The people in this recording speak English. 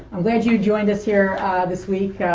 i'm glad you joined us here this week,